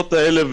בנסיבות האלה,